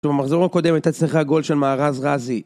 במחזור הקודם הייתה צריכה גול של מערז רזי